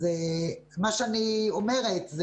מה שאני אומרת,